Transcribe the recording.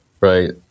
right